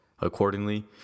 Accordingly